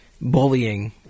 bullying